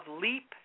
LEAP